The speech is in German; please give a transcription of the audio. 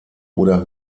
oder